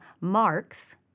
marks